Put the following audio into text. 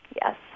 Yes